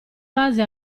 base